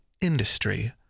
industry